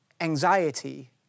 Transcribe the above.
anxiety